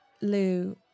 Lou